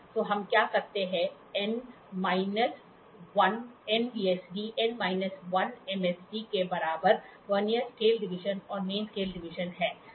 तो हम क्या करते हैं n VSD n minus1 MSD के बराबर वर्नियर स्केल डिवीजन और मेन स्केल डिवीजन है